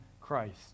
Christ